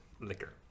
liquor